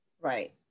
Right